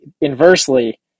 inversely